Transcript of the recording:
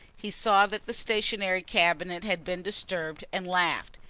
he saw that the stationery cabinet had been disturbed and laughed.